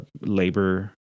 labor